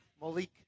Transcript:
Malik